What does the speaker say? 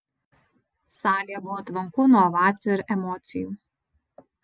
salėje buvo tvanku nuo ovacijų ir emocijų